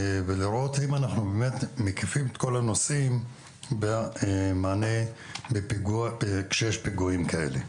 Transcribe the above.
ולראות אם אנחנו מקיפים את כל הנושאים במענה כאשר יש פיגועים כאלה.